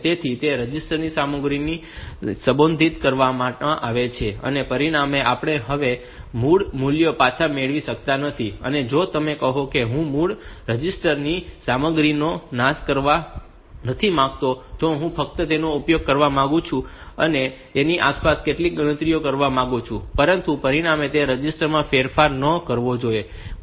તેથી તે રજીસ્ટર સામગ્રીઓને સંશોધિત કરવામાં આવે છે અને પરિણામે આપણે હવે મૂળ મૂલ્યો પાછા મેળવી શકતા નથી અને જો તમે કહો કે હું તે મૂળ રજિસ્ટર ની સામગ્રીનો નાશ કરવા નથી માંગતો અને હું ફક્ત તેનો ઉપયોગ કરવા માંગુ છું અને તેની આસપાસ કેટલીક ગણતરીઓ કરવા માંગુ છું પરંતુ પરિણામેં તે રજિસ્ટર્સ માં ફેરફાર ન કરવો જોઈએ